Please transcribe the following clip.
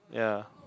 yeah